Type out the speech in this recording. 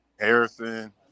harrison